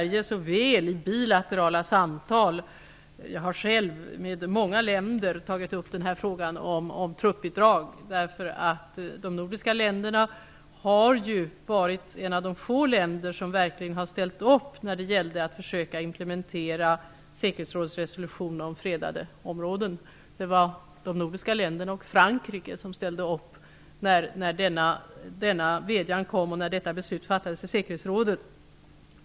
I bilaterala samtal har jag själv tagit upp frågan om truppbidrag med många länder. De nordiska länderna var några av de få länder som verkligen ställde upp när det gällde att försöka implementera säkerhetsrådets resolution om fredade områden. Det var de nordiska länderna och Frankrike som ställde upp när denna vädjan kom och detta beslut fattades i säkerhetsrådet.